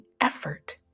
effort